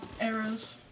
Arrows